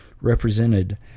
represented